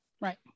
right